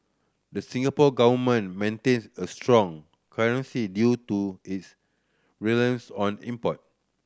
the Singapore Government maintains a strong currency due to its reliance on import